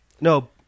No